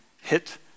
hit